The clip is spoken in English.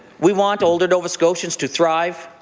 we want older nova scotians to thrive,